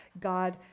God